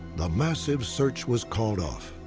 the massive search was called off.